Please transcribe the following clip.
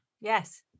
Yes